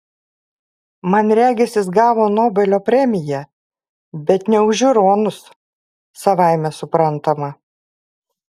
man regis jis gavo nobelio premiją bet ne už žiūronus savaime suprantama